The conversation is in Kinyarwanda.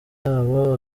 yabo